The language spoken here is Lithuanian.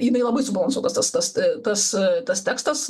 jinai labai subalansuotas tas tas tas tas tekstas